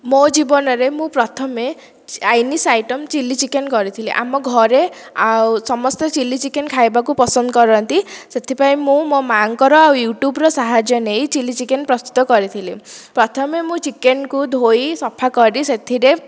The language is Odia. ମୋ ଜୀବନରେ ମୁଁ ପ୍ରଥମେ ଚାଇନିଜ ଆଇଟମ୍ ଚିଲ୍ଲି ଚିକେନ୍ କରିଥିଲି ଆମ ଘରେ ଆଉ ସମସ୍ତେ ଚିଲ୍ଲି ଚିକେନ୍ ଖାଇବାକୁ ପସନ୍ଦ କରନ୍ତି ସେଥିପାଇଁ ମୁଁ ମୋ ମାଙ୍କର ଆଉ ୟୁଟ୍ୟୁବର ସାହାଯ୍ୟ ନେଇ ଚିଲ୍ଲି ଚିକେନ୍ ପ୍ରସ୍ତୁତ କରିଥିଲି ପ୍ରଥମେ ମୁଁ ଚିକେନ୍ କୁ ଧୋଇ ସଫା କରି ସେଥିରେ